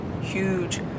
Huge